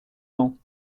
ans